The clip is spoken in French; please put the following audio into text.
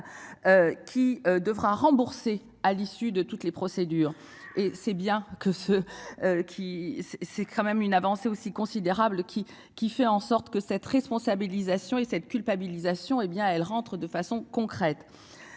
Qui devra rembourser à l'issue de toutes les procédures et c'est bien que ce. Qui c'est c'est quand même une avancée aussi considérables qui qui fait en sorte que cette responsabilisation et cette culpabilisation, hé bien elle rentre de façon concrète.